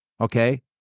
Okay